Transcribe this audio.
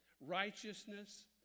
righteousness